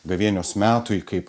gavėnios metui kaip